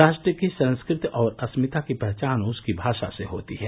राष्ट्र की संस्कृति और अस्मिता की पहचान उसकी भाषा से होती है